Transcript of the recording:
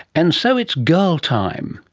and so it's girl time.